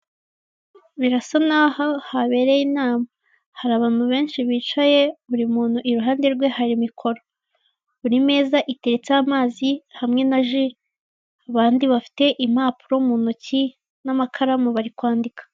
Birasa n'aho habereye inama. Hari abantu benshi bicaye, buri wese muntu iruhande rwe hari mikoro. Buri meza iteretseho amazi hamwe na ji. Abandi bafite impapuro mu ntoki n'amakaramu, bari kwandika.